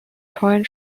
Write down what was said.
coin